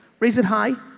raise it high.